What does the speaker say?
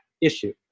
issue